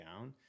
down